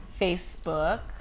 Facebook